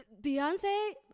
Beyonce